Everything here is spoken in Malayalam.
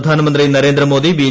പ്രധാനമന്ത്രി നരേന്ദ്രമോദി ബി